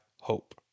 hope